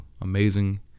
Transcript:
amazing